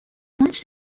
points